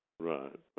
Right